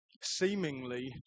seemingly